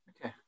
Okay